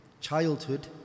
childhood